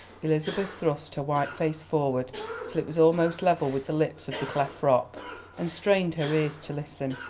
elizabeth thrust her white face forward till it was almost level with the lips of the cleft rock and strained her ears to listen.